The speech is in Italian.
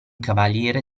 cavaliere